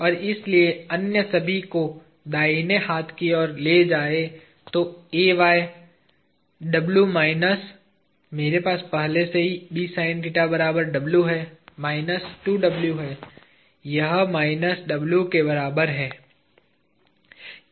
और इसलिए अन्य सभी को दाहिने हाथ की ओर ले जाए तो W माइनस मेरे पास पहले से ही है माइनस 2W है यह माइनस W के बराबर है